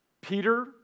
Peter